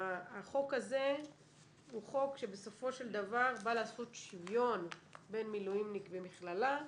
החוק הזה הוא חוק שבסופו של דבר בא לעשות שוויון בין מילואימניק ומכללה,